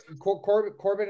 Corbin